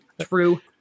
true